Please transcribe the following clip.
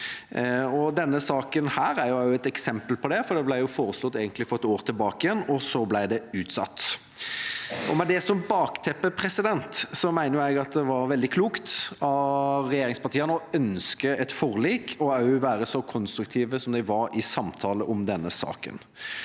Denne saken er også et eksempel på det, for dette ble egentlig foreslått for et år tilbake, og så ble det utsatt. Med det som bakteppe mener jeg at det var veldig klokt av regjeringspartiene å ønske et forlik og også være så konstruktive som de var i samtaler om denne saken.